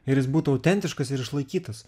ir jis būtų autentiškas ir išlaikytas